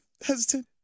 hesitant